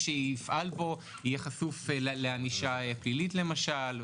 שיפעל בו יהיה חשוף לענישה פלילית למשל.